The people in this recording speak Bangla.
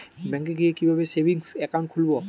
ব্যাঙ্কে গিয়ে কিভাবে সেভিংস একাউন্ট খুলব?